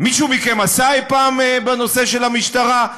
מישהו מכם עשה אי-פעם בנושא של המשטרה?